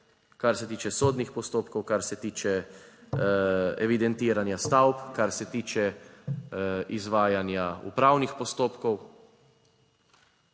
kar se tiče sodnih postopkov, kar se tiče evidentiranja stavb, kar se tiče izvajanja upravnih postopkov.